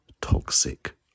toxic